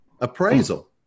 appraisal